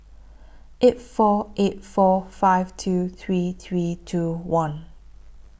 eight four eight four five two three three two one